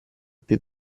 più